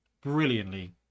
brilliantly